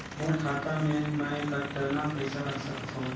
मोर खाता मे मै कतना पइसा रख सख्तो?